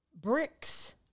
bricks